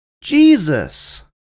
Jesus